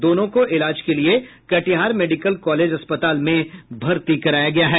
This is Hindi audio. दोनों को इलाज के लिए कटिहार मेडिकल कॉलेज अस्पताल में भर्ती कराया गया है